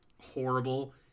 horrible